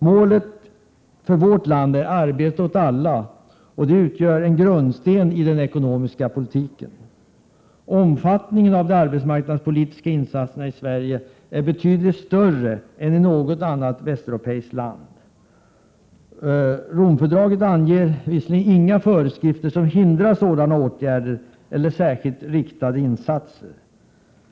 Målet för vårt land är arbete åt alla, och det utgör grundstenen i den ekonomiska politiken. Omfattningen av de arbetsmarknadspolitiska insatserna i Sverige är betydligt större än i något annat västeuropeiskt land. Romfördraget har visserligen inga föreskrifter som lägger hinder i vägen för sådana åtgärder eller för särskilt riktade insatser.